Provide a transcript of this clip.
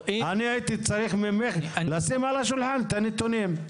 אני הייתי צריך ממך לשים על השולחן את הנתונים.